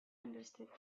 understood